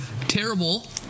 terrible